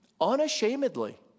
unashamedly